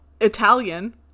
Italian